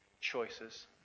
choices